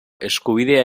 eskubidea